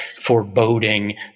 foreboding